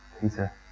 Peter